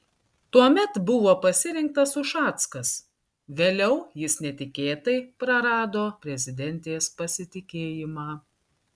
tuomet buvo pasirinktas ušackas vėliau jis netikėtai prarado prezidentės pasitikėjimą